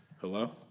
Hello